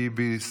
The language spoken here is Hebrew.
טיבי,